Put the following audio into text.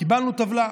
קיבלנו טבלה.